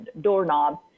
doorknob